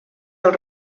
del